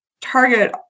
target